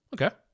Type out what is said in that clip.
Okay